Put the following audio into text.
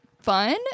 fun